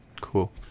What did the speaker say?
Cool